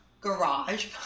garage